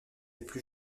plus